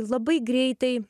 labai greitai